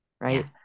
right